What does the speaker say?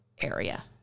area